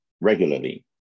regularly